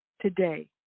today